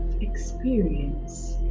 Experience